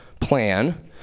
plan